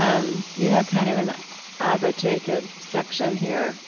um you have kind of an abba jacob section here